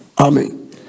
amen